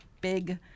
big